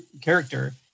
character